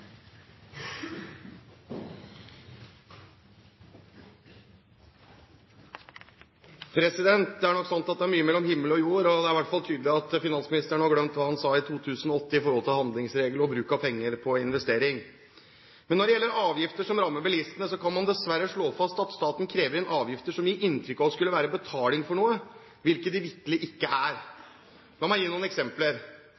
Det er nok sant at det er mye mellom himmel og jord, og det er i hvert fall tydelig at finansministeren nå har glemt hva han sa i 2008 om handlingsregel og bruk av penger på investering. Men når det gjelder avgifter som rammer bilistene, kan man dessverre slå fast at staten krever inn avgifter som gir inntrykk av å skulle være betaling for noe, hvilket de vitterlig ikke